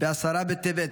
בעשרה בטבת,